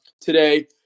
today